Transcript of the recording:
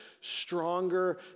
stronger